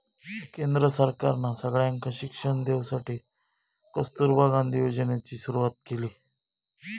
केंद्र सरकारना सगळ्यांका शिक्षण देवसाठी कस्तूरबा गांधी योजनेची सुरवात केली